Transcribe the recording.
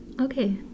Okay